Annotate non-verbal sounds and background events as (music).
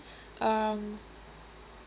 (breath) um